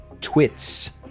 twits